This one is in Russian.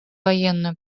военную